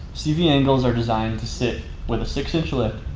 cv angles are designed to sit with a six inch lift.